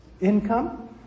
income